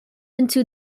into